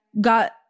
got